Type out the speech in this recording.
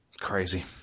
Crazy